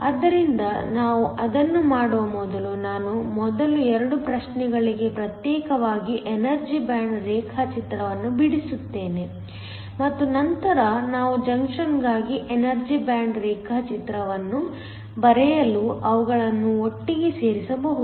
ಆದ್ದರಿಂದ ನಾವು ಅದನ್ನು ಮಾಡುವ ಮೊದಲು ನಾನು ಮೊದಲು 2 ಪ್ರದೇಶಗಳಿಗೆ ಪ್ರತ್ಯೇಕವಾಗಿ ಎನರ್ಜಿ ಬ್ಯಾಂಡ್ ರೇಖಾಚಿತ್ರವನ್ನು ಬಿಡಿಸುತ್ತೇನೆ ಮತ್ತು ನಂತರ ನಾವು ಜಂಕ್ಷನ್ಗಾಗಿ ಎನರ್ಜಿ ಬ್ಯಾಂಡ್ ರೇಖಾಚಿತ್ರವನ್ನು ಬರೆಯಲು ಅವುಗಳನ್ನು ಒಟ್ಟಿಗೆ ಸೇರಿಸಬಹುದು